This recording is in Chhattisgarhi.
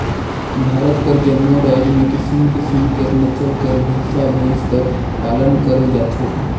भारत कर जम्मो राएज में किसिम किसिम कर नसल कर भंइसा भंइस कर पालन करल जाथे